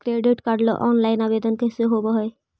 Credit card ल online आवेदन कैसे होब है?